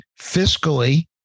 fiscally